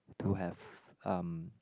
to have um